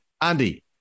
Andy